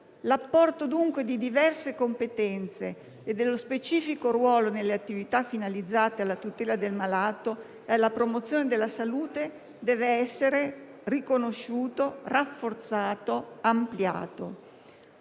L'apporto, dunque, di diverse competenze e dello specifico ruolo nelle attività finalizzate alla tutela del malato e alla promozione della salute deve essere riconosciuto, rafforzato e ampliato.